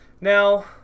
Now